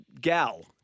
Gal